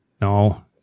no